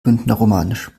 bündnerromanisch